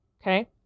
Okay